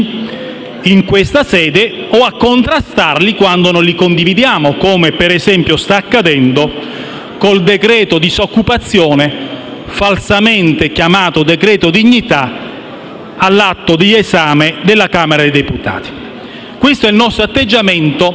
in questa sede o a contrastarli quando non li condividiamo, come - per esempio - sta accadendo con il decreto-legge disoccupazione, falsamente chiamato decreto-legge dignità, all'esame della Camera dei deputati. E questo è il nostro atteggiamento